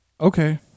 Okay